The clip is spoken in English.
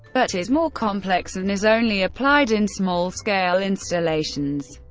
but is more complex and is only applied in small-scale installations.